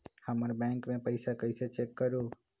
हमर बैंक में पईसा कईसे चेक करु?